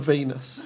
Venus